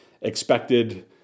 expected